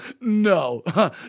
no